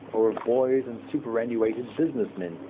or of boys and superannuated business men,